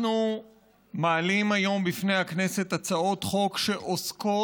אנחנו מעלים היום בפני הכנסת הצעות חוק שעוסקות